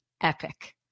epic